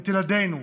את ילדינו,